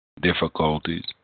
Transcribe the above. difficulties